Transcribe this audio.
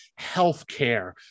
healthcare